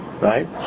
Right